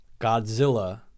Godzilla